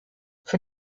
für